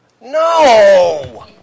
No